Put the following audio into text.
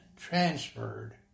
transferred